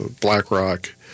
BlackRock